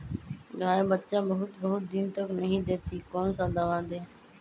गाय बच्चा बहुत बहुत दिन तक नहीं देती कौन सा दवा दे?